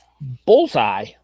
Bullseye